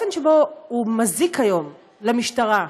האופן שבו הוא מזיק היום למשטרה,